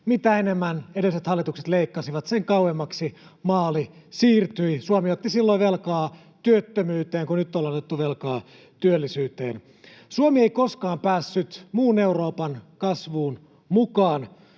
mitä enemmän edelliset hallitukset leikkasivat, sen kauemmaksi maali siirtyi. Suomi otti silloin velkaa työttömyyteen, kun nyt ollaan otettu velkaa työllisyyteen. Suomi ei koskaan päässyt muun Euroopan kasvuun mukaan,